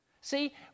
See